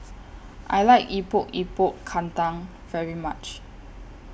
I like Epok Epok Kentang very much